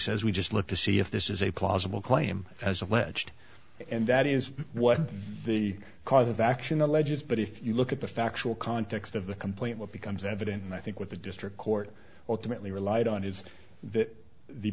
says we just look to see if this is a plausible claim as alleged and that is what the cause of action alleges but if you look at the factual context of the complaint what becomes evident and i think what the district court alternately relied on is th